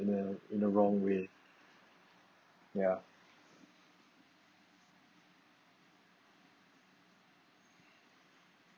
in the in the wrong way ya